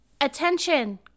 attention